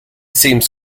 seems